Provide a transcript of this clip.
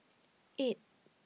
eight